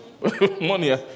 Money